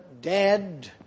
dead